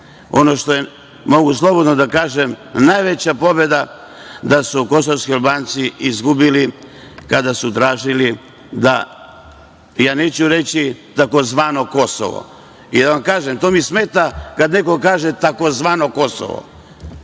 Ono što je, mogu slobodno da kažem, najveća pobeda, da su kosovski Albanci izgubili kada su tražili da, ja neću reći tzv. Kosovo. Jer, da vam kažem, to mi smeta kad neko kaže tzv. Kosovo,